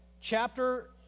chapter